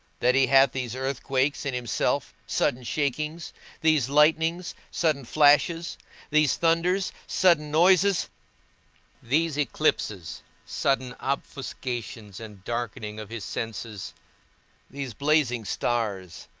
that he hath these earthquakes in himself, sudden shakings these lightnings, sudden flashes these thunders, sudden noises these eclipses sudden offuscations and darkening of his senses these blazing stars,